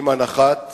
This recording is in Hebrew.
עם הנחת